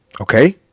Okay